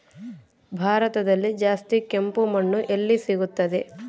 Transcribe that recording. ಭಾರತದಲ್ಲಿ ಜಾಸ್ತಿ ಕೆಂಪು ಮಣ್ಣು ಎಲ್ಲಿ ಸಿಗುತ್ತದೆ?